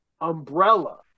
umbrella